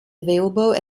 available